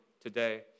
today